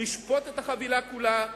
לשפוט את החבילה כולה,